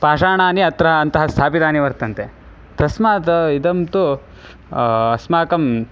पाषाणानि अत्र अन्ते स्थापितानि वर्तन्ते तस्मात् इदं तु अस्माकम्